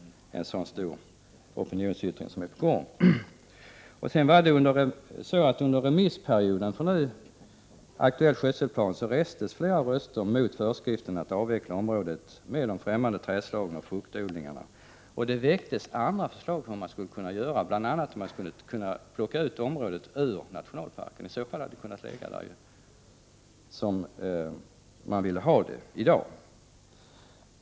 En så stor opinionsyttring som är på gång kan ju så att säga inte vara utan eld. Under remissperioden för förslaget om en ny aktuell skötselplan restes flera röster mot föreskrifterna för att avveckla området med de främmande trädslagen och fruktodlingarna. Det väcktes andra förslag om vad man skulle kunna göra, bl.a. att man skulle kunna plocka ut området ur nationalparken. I så fall skulle man kunna använda området så som man vill ha det i dag.